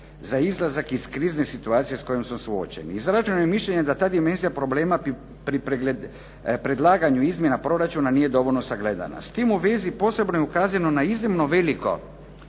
za izlazak iz krizne situacije s kojom smo suočeni. Izrađeno je mišljenje da ta dimenzija problema pri predlaganju izmjena proračuna nije dovoljno sagledana. S tim u vezi, posebno je ukazano na iznimno veliko